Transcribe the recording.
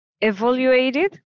evaluated